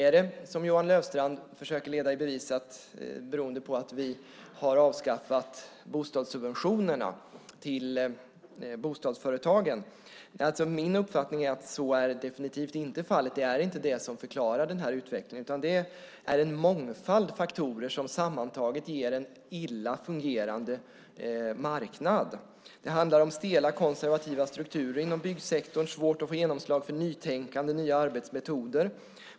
Är det, som Johan Löfstrand försöker leda i bevis, beroende på att vi har avskaffat bostadssubventionerna till bostadsföretagen? Min uppfattning är att så definitivt inte är fallet. Det är inte det som förklarar denna utveckling, utan det är en mångfald faktorer som sammantaget ger en illa fungerande marknad. Det handlar om stela konservativa strukturer inom byggsektorn. Det är svårt att få genomslag för nytänkande och nya arbetsmetoder.